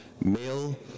male